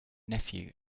nephew